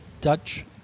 Dutch